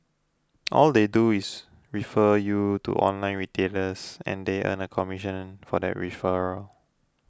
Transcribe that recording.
all they do is refer you to online retailers and they earn a commission for that referral